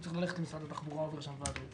הוא צריך ללכת למשרד התחבורה עובר שם ועדות.